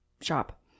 shop